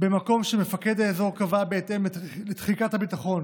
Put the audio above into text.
במקום שמפקד האזור קבע, בהתאם לתחיקת הביטחון